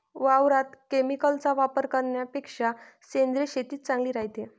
वावरात केमिकलचा वापर करन्यापेक्षा सेंद्रिय शेतीच चांगली रायते